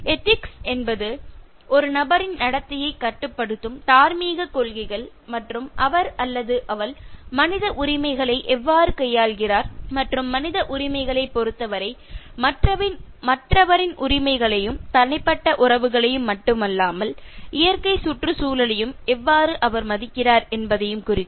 ethics கள் என்பது ஒரு நபரின் நடத்தையை கட்டுப்படுத்தும் தார்மீகக் கொள்கைகள் மற்றும் அவர் அல்லது அவள் மனித உரிமைகளை எவ்வாறு கையாள்கிறார் மற்றும் மனித உரிமைகளைப் பொறுத்தவரை மற்றவரின் உரிமைகளையும் தனிப்பட்ட உறவுகளையும் மட்டுமல்லாமல் இயற்கைச் சுற்றுச்சூழலையும் எவ்வாறு அவர் மதிக்கிறார் என்பதையும் குறிக்கும்